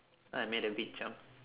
I made a big jump